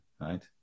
right